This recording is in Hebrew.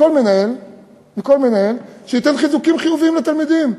מכל מנהל שייתן חיזוקים חיוביים לתלמידים.